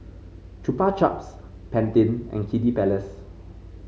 Chupa Chups Pantene and Kiddy Palace